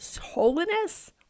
holiness